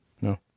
No